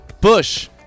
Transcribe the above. Bush